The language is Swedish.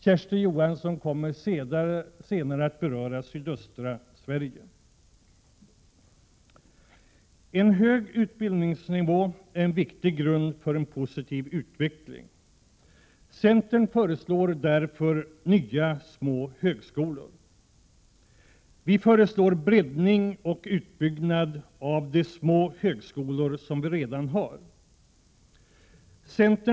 Kersti Johansson kommer senare att beröra sydöstra Sverige. En hög utbildningsnivå är en viktig grund för en positiv utveckling. Centern föreslår därför nya små högskolor. Vi föreslår breddning och utbyggnad av de små högskolor som redan finns.